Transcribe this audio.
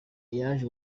yaje